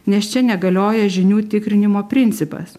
nes čia negalioja žinių tikrinimo principas